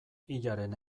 hilaren